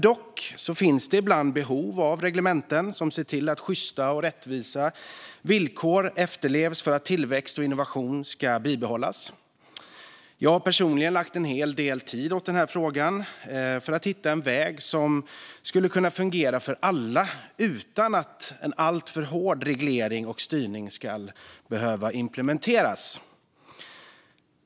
Dock finns det ibland behov av reglementen som ser till att sjysta och rättvisa villkor efterlevs för att tillväxt och innovation ska bibehållas. Jag har personligen lagt en hel del tid på den här frågan för att hitta en väg som skulle kunna fungera för alla utan att en alltför hård reglering och styrning ska behöva implementeras.